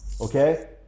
Okay